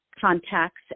contacts